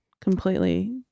completely